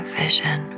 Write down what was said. vision